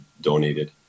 donated